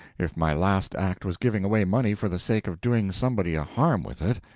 if my last act was giving away money for the sake of doing somebody a harm with it.